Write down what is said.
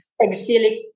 exilic